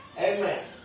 Amen